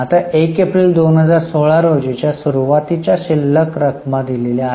आता 1 एप्रिल 2016 रोजीच्या सुरुवातीच्या शिल्लक रकमा दिलेल्या आहेत